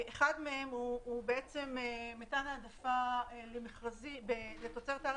אחד מהם הוא מתן העדפה לתוצרת הארץ